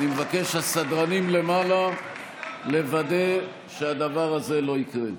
אני מבקש מהסדרנים למעלה לוודא שהדבר הזה לא יקרה.